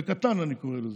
בקטן, אני קורא לזה.